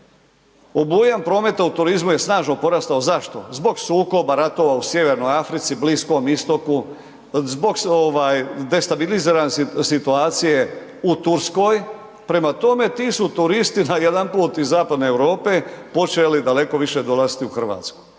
obujam prometa u turizmu je snažno porastao, zašto, zbog sukoba ratova u Sjevernoj Africi, Bliskom Istoku, zbog destabilizirane situacije u Turskoj, prema tome ti su turisti najedanput iz Zapadne Europe počeli daleko više dolaziti u Hrvatsku.